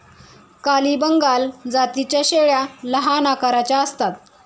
काली बंगाल जातीच्या शेळ्या लहान आकाराच्या असतात